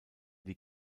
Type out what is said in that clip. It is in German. die